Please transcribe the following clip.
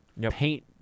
paint